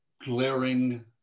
glaring